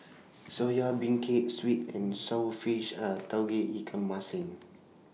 Soya Beancurd Sweet and Sour Fish and Tauge Ikan Masin